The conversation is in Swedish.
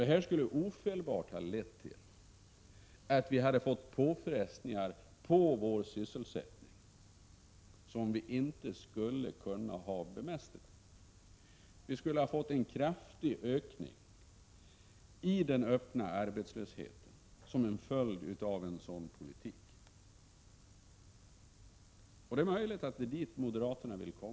Detta skulle ofelbart ha lett till att vi hade fått påfrestningar på vår sysselsättning som vi inte hade kunnat bemästra. Vi skulle ha fått en kraftig ökning av den öppna arbetslösheten som en följd av en sådan politik. Och det är möjligt att det är dit moderaterna vill.